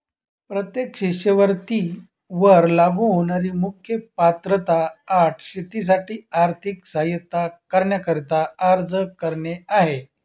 प्रत्येक शिष्यवृत्ती वर लागू होणारी मुख्य पात्रता अट शेतीसाठी आर्थिक सहाय्यता करण्याकरिता अर्ज करणे आहे